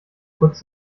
kurz